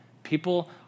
People